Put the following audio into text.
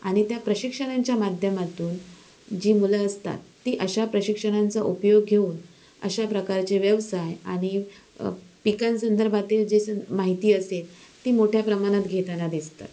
आणि त्या प्रशिक्षणांच्या माध्यमातून जी मुलं असतात ती अशा प्रशिक्षणांचा उपयोग घेऊन अशा प्रकारचे व्यवसाय आणि पिकांसंदर्भातील जेसन माहिती असेल ती मोठ्या प्रमाणात घेताना दिसतात